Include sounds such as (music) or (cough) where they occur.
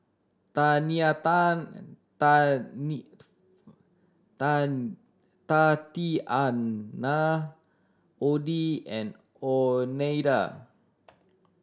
(unintelligible) Tatianna Oddie and Oneida